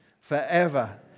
forever